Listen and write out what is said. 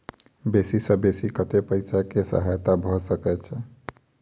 बेसी सऽ बेसी कतै पैसा केँ सहायता भऽ सकय छै?